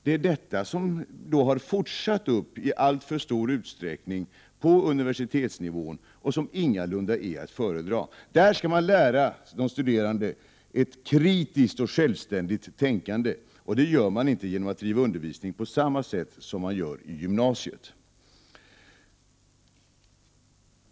Det är detta som i alltför stor utsträckning har fortsatt upp på universitetsnivån och som ingalunda är att föredra. Där skall man lära de studerande ett kritiskt och självständigt tänkande, och det gör man inte genom att bedriva undervisning på samma sätt som i gymnasiet.